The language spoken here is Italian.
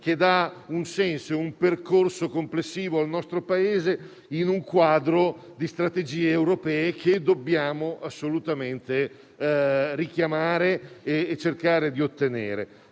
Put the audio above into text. che dia un senso e un percorso complessivo al nostro Paese, in un quadro di strategie europee che dobbiamo assolutamente richiamare e cercare di ottenere.